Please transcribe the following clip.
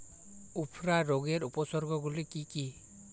উফরা রোগের উপসর্গগুলি কি কি?